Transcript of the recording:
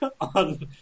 on